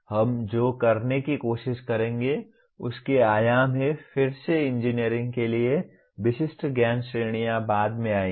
हम जो करने की कोशिश करेंगे उसके आयाम हैं फिर से इंजीनियरिंग के लिए विशिष्ट ज्ञान श्रेणियां बाद में आएँगी